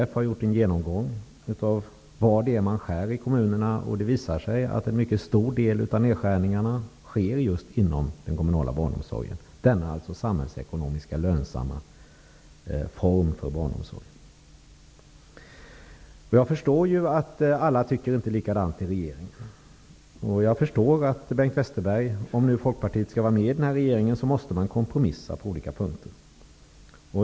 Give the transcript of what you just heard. SKTF har gjort en genomgång av vad man skär ned på i kommunerna, och det visar sig att en mycket stor del av nedskärningarna sker just inom den kommunala barnomsorgen, denna samhällsekonomiskt lönsamma form av barnomsorg. Jag förstår att inte alla tycker likadant i regeringen, och jag förstår också att Bengt Westerberg, om Folkpartiet nu skall vara med i regeringen, måste kompromissa på olika punkter.